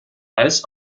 als